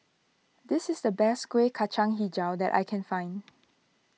this is the best Kueh Kacang HiJau that I can find